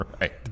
Right